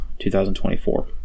2024